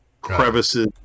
crevices